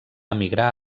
emigrar